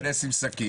יש לכם רוב,